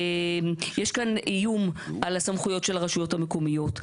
יש כאן איום על הסמכויות של הרשויות המקומיות,